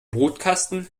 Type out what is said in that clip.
brutkasten